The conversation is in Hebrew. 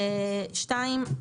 טל פוקס).